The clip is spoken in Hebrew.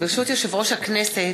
ברשות יושב-ראש הכנסת,